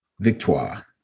victoire